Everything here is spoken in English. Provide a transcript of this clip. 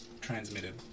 transmitted